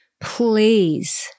please